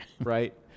Right